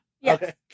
Yes